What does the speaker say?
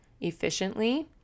efficiently